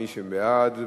מי בעד?